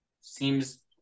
seems